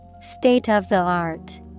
State-of-the-art